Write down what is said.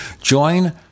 Join